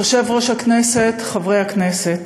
יושב-ראש הכנסת, חברי הכנסת,